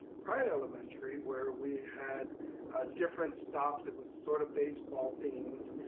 pride elementary where we had different stops. it was sort of baseball themed,